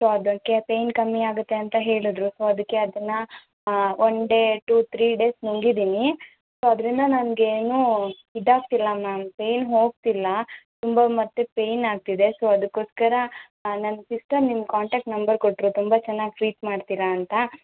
so ಅದಕ್ಕೆ pain ಕಮ್ಮಿ ಆಗುತ್ತೆ ಅಂತ ಹೇಳಿದ್ರು ಸೊ ಅದಕ್ಕೆ ಅದನ್ನ one day two three days ನುಂಗಿದ್ದೀನಿ ಸೊ ಅದರಿಂದ ನನ್ಗೆ ಏನೂ ಇದಾಗ್ತಿಲ್ಲ ಮ್ಯಾಮ್ ಪೇಯ್ನ್ ಹೋಗ್ತಿಲ್ಲ ತುಂಬ ಮತ್ತೆ ಪೇಯ್ನ್ ಆಗ್ತಿದೆ ಸೊ ಅದಕ್ಕೋಸ್ಕರ ನನ್ನ ಸಿಸ್ಟರ್ ನಿಮ್ಮ ಕಾಂಟ್ಯಾಕ್ಟ್ ನಂಬರ್ ಕೊಟ್ಟರು ತುಂಬ ಚೆನ್ನಾಗಿ ಟ್ರೀಟ್ ಮಾಡ್ತೀರ ಅಂತ